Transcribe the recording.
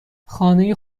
خانه